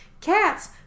Cats